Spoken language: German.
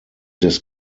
des